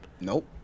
Nope